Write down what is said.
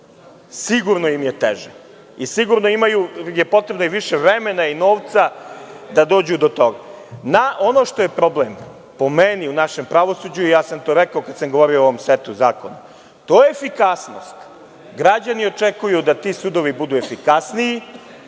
Sigurno im je teže i sigurno im je potrebno više vremena i novca da dođu do toga. Ono što je po meni problem u našem pravosuđu, i to sam rekao kada sam govorio o ovom setu zakona, to je efikasnost. Građani očekuju da ti sudovi budu efikasniji,